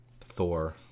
Thor